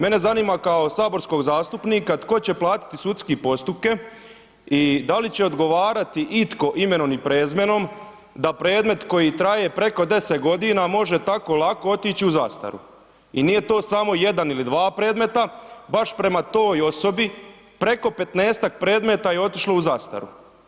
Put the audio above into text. Mene zanima kao saborskog zastupnika tko će platiti sudske postupke i da li će odgovarati itko imenom i prezimenom da predmet koji traje preko 10 godina može tako lako otići u zastaru i nije to samo jedan ili dva predmeta, baš prema toj osobi preko 15-tak predmeta je otišlo u zastaru.